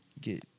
get